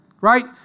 right